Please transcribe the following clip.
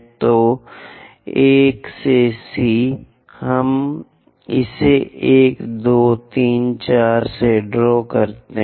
तो 1 से C हम इसे 1 2 3 4 से ड्रा करते हैं